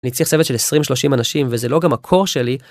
אני צריך צוות של עשרים, שלושים אנשים, וזה לא גם הקור שלי.